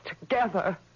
together